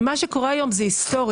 מה שקורה היום זה היסטורי.